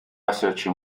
esserci